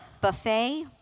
buffet